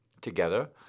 together